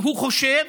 הוא חושב,